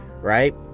right